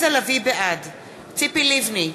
בעד ציפי לבני,